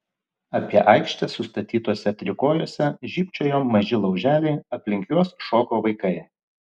apie aikštę sustatytuose trikojuose žybčiojo maži lauželiai aplink juos šoko vaikai